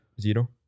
zero